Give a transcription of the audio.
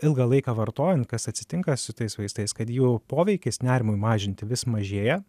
ilgą laiką vartojant kas atsitinka su tais vaistais kad jų poveikis nerimui mažinti vis mažėja